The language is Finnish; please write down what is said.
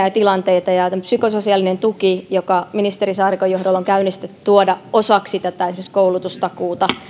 ja tilanteiden kohtaaminen ja tämän psykososiaalisen tuen joka ministeri saarikon johdolla on käynnistetty tuominen osaksi esimerkiksi tätä koulutustakuuta